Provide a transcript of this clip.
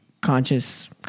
conscious